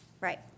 Right